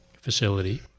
facility